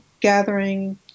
gathering